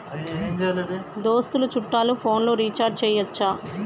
దోస్తులు చుట్టాలు ఫోన్లలో రీఛార్జి చేయచ్చా?